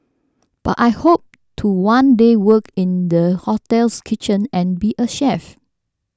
but I hope to one day work in the hotel's kitchen and be a chef